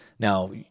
Now